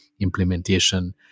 implementation